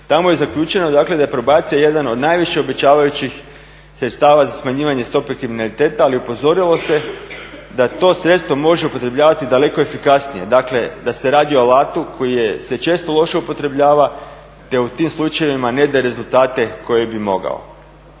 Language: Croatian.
Tamo je zaključeno, dakle da je probacija jedan od najviše obećavajućih sredstava za smanjivanje stope kriminaliteta. Ali upozorilo se da to sredstvo može upotrebljavati daleko efikasnije, dakle da se radi o alatu koji se često loše upotrebljava, te u tim slučajevima ne daje rezultate koje bi mogao.